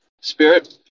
spirit